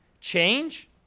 Change